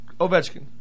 Ovechkin